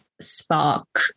spark